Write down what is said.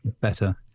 better